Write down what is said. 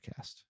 podcast